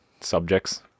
subjects